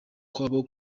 kwabo